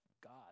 God